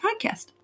podcast